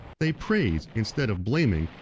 they praise, instead of blaming,